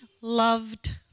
loved